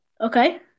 Okay